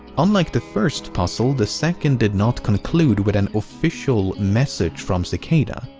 unlike the first puzzle the second did not conclude with an official message from cicada.